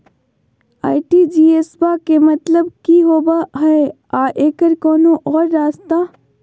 RTGS बा के मतलब कि होबे हय आ एकर कोनो और रस्ता?